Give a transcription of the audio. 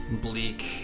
bleak